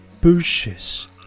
bushes